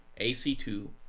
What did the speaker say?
AC2